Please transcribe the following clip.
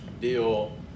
deal